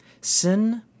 Sin